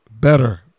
better